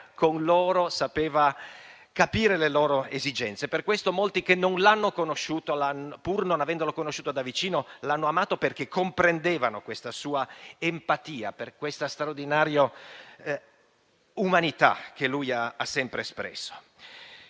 con loro, sapeva capire le loro esigenze. Per questo molti, pur non avendolo conosciuto da vicino, l'hanno amato, perché comprendevano questa sua empatia e questa straordinaria umanità che ha sempre espresso.